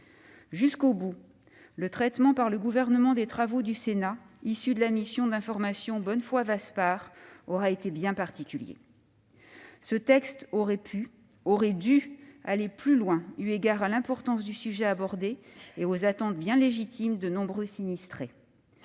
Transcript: Jusqu'au bout, le traitement par le Gouvernement des travaux du Sénat, issus de la mission d'information Bonnefoy-Vaspart, aura été bien particulier. Ce texte aurait pu et dû aller plus loin eu égard à l'importance du sujet abordé et aux attentes bien légitimes de nombreux sinistrés.